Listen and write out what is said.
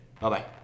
Bye-bye